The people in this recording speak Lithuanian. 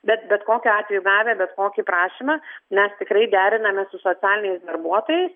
bet bet kokiu atveju gavę bet kokį prašymą mes tikrai deriname su socialiniais darbuotojais